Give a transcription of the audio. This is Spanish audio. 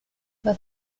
los